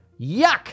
Yuck